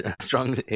Strong